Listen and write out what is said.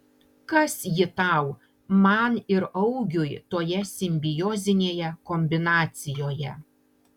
kas ji tau man ir augiui toje simbiozinėje kombinacijoje